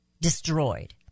destroyed